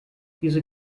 diese